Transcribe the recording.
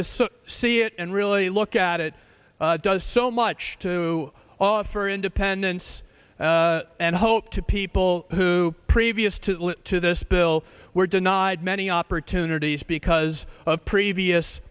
so see it and really look at it does so much to offer independence and hope to people who previous to to this bill were denied many opportunities because of previous